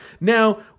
Now